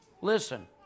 Listen